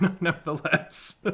Nevertheless